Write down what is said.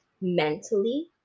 mentally